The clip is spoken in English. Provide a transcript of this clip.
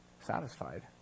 satisfied